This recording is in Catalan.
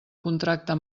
contracte